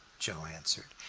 joe answered,